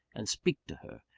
and speak to her,